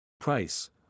Price